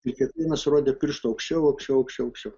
ir kiekvienas rodė pirštu aukščiau aukščiau aukščiau aukščiau